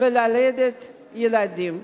וללדת ילדים.